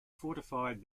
fortified